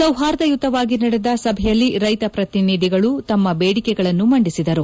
ಸೌಹಾರ್ದಯುತವಾಗಿ ನಡೆದ ಸಭೆಯಲ್ಲಿ ರೈತ ಪ್ರತಿನಿಧಿಗಳು ತಮ್ಮ ಬೇಡಿಕೆಗಳನ್ನು ಮಂಡಿಸಿದರು